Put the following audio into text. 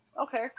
Okay